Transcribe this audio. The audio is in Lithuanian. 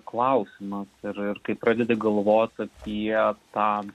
klausimas ir ir kai pradedi galvot apie tą